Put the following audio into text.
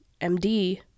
MD